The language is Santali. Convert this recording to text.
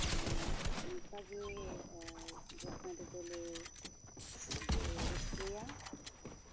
ᱟᱨ ᱱᱚᱝᱠᱟ ᱜᱮ ᱡᱷᱟᱲᱠᱷᱚᱸᱰ ᱨᱮᱫᱚ ᱞᱮ ᱨᱟᱹᱥᱠᱟᱹᱭᱟ